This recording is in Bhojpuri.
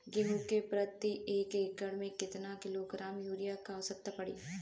गेहूँ के प्रति एक एकड़ में कितना किलोग्राम युरिया क आवश्यकता पड़ी?